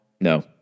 No